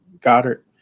Goddard